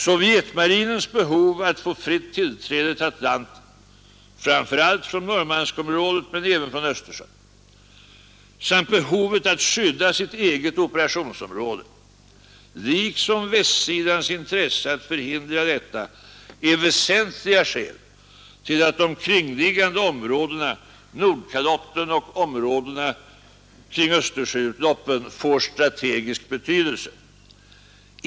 Sovjetmarinens behov att få fritt tillträde till Atlanten framför allt från Murmanskområdet men även från Östersjön samt behovet att skydda sitt eget operationsområde liksom västsidans intresse att förhindra detta är väsentliga skäl till att de kringliggande områdena, Nordkalotten och områdena kring Östersjöutloppen, får strategisk betydelse.